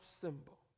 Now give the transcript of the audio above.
symbol